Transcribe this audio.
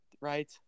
Right